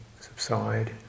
subside